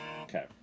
Okay